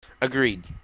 Agreed